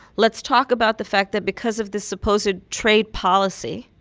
let's talk about the fact that because of this supposed ah trade policy,